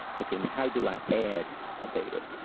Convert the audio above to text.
okay now how do i add a favorite?